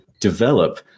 develop